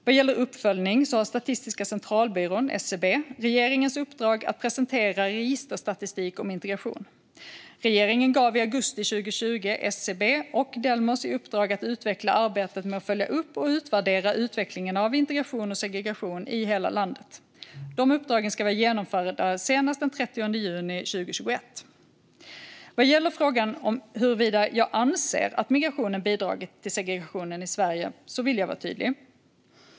Vad gäller uppföljning har Statistiska centralbyrån, SCB, regeringens uppdrag att presentera registerstatistik om integration. Regeringen gav i augusti 2020 SCB och Delmos i uppdrag att utveckla arbetet med att följa upp och utvärdera utvecklingen av integration och segregation i hela landet. Uppdragen ska vara genomförda senast den 30 juni 2021. Vad gäller frågan om huruvida jag anser att migrationen bidragit till segregationen i Sverige vill jag vara tydlig.